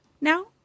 now